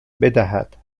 بدهد